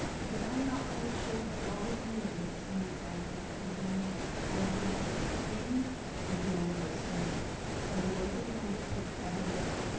because i'm not quite sure that all of you understand the benefits that you bring to everyone in and beyond this room by the work that you undertake every day.